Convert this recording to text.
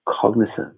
cognizant